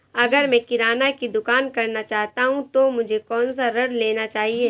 अगर मैं किराना की दुकान करना चाहता हूं तो मुझे कौनसा ऋण लेना चाहिए?